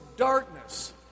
darkness